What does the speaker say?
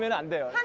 but and